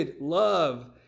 love